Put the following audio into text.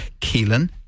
Keelan